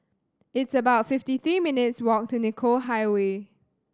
it's about fifty three minutes' walk to Nicoll Highway